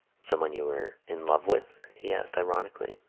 someone you were in love with? he asked ironically.